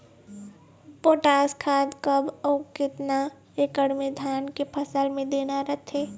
Potash खाद कब अऊ केतना एकड़ मे धान के फसल मे देना रथे?